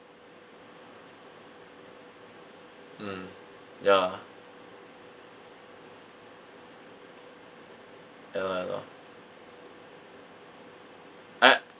mm ya ya lor ya lor I